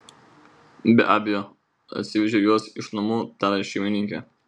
be abejo atsivežei juos iš namų taria šeimininkė